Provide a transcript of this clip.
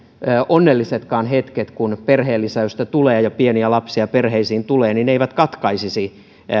onnellisetkaan hetket kun perheenlisäystä tulee ja pieniä lapsia perheisiin tulee eivät katkaisisi